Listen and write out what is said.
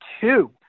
two